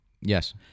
Yes